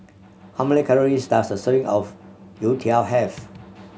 how many calories does a serving of youtiao have